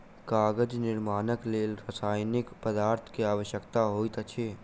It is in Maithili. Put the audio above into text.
कागज निर्माणक लेल रासायनिक पदार्थ के आवश्यकता होइत अछि